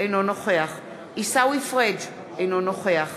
אינו נוכח עיסאווי פריג' אינו נוכח